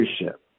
leadership